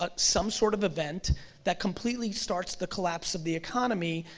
ah some sort of event that completely starts the collapse of the economy,